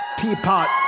teapot